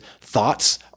thoughts